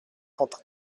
quentin